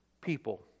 people